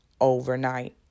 overnight